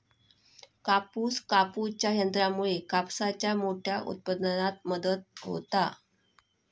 कापूस कापूच्या यंत्रामुळे कापसाच्या मोठ्या उत्पादनात मदत होता